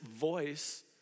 voice